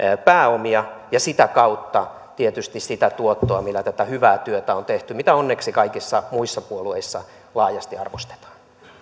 pääomia ja sitä kautta tietysti sitä tuottoa millä tätä hyvää työtä on tehty mitä onneksi kaikissa muissa puolueissa laajasti arvostetaan